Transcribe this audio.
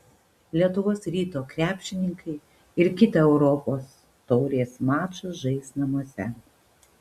lietuvos ryto krepšininkai ir kitą europos taurės mačą žais namuose